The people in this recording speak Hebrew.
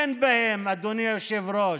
אדוני היושב-ראש,